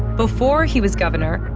before he was governor,